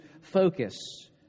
focus